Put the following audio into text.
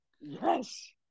Yes